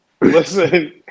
listen